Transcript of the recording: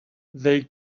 they